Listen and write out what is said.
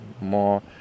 more